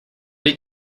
did